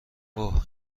اوه